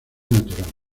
natural